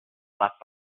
left